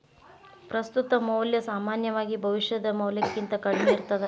ಪ್ರಸ್ತುತ ಮೌಲ್ಯ ಸಾಮಾನ್ಯವಾಗಿ ಭವಿಷ್ಯದ ಮೌಲ್ಯಕ್ಕಿಂತ ಕಡ್ಮಿ ಇರ್ತದ